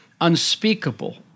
unspeakable